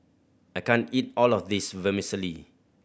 I can't eat all of this Vermicelli